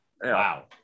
Wow